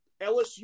LSU